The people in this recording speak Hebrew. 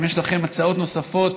אם יש לכם הצעות נוספות,